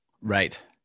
Right